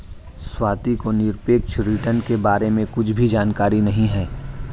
स्वाति को निरपेक्ष रिटर्न के बारे में कुछ भी जानकारी नहीं है